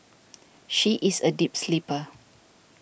she is a deep sleeper